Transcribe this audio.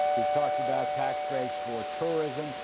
he's talked about tax breaks for tourism.